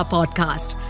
Podcast